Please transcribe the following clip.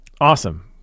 awesome